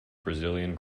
brazilian